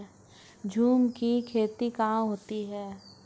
झूम की खेती कहाँ होती है?